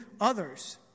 others